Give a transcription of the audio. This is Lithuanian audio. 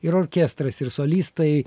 ir orkestras ir solistai